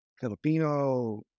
Filipino